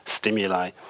stimuli